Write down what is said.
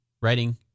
writing